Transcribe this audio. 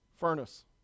furnace